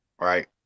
right